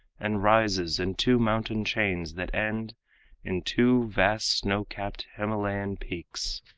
and rises in two mountain-chains that end in two vast snow-capped himalayan peaks,